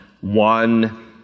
one